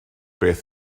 beth